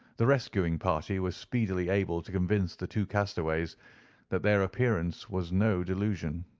the rescuing party were speedily able to convince the two castaways that their appearance was no delusion.